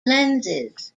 lenses